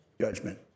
Judgment